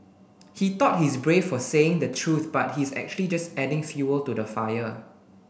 he thought he's brave for saying the truth but he's actually just adding fuel to the fire